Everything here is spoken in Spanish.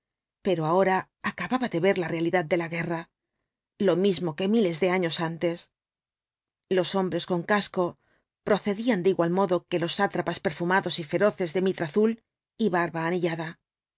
pero ahora acababa de ver la realidad de la guerra lo mismo que miles de años antes los hombres on casco procedían de igual modo que los sátrapas perfumados y feroces de mitra azul y barba anillada